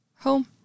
home